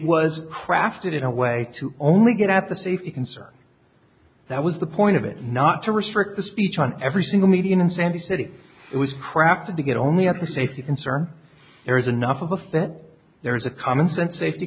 was crafted in a way to only get at the safety concern that was the point of it not to restrict the speech on every single media and sandy city it was crap to get only up to safety concern there is enough of us that there is a common sense safety